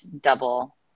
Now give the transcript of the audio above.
double